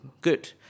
good